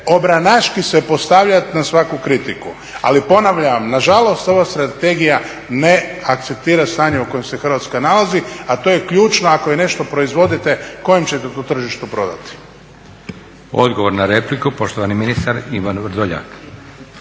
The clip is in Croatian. obranaški se postavljati na svaku kritiku. Ali ponavljam vam, na žalost ova Strategija ne akceptira stanje u kojem se Hrvatska nalazi, a to je ključno ako nešto proizvodite kojem ćete to tržištu prodati. **Leko, Josip (SDP)** Odgovor na repliku, poštovani ministar Ivan Vrdoljak.